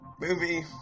movie